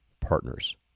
partners